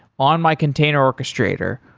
on my container orchestrator,